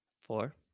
Four